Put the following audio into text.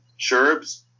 Sherbs